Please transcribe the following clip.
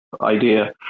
idea